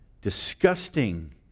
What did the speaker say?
disgusting